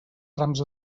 trams